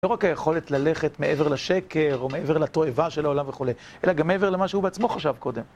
לא רק היכולת ללכת מעבר לשקר, או מעבר לתואבה של העולם וכו', אלא גם מעבר למה שהוא בעצמו חשב קודם.